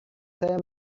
saya